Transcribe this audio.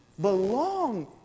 belong